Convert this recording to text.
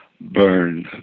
burn